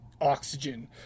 oxygen